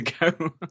ago